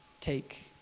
take